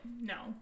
No